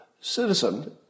citizen